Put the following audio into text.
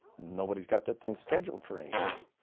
nobody's got that thing scheduled for anything.